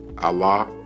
Allah